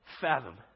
fathom